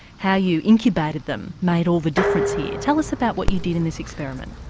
how you incubated them made all the difference here. tell us about what you did in this experiment.